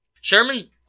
Sherman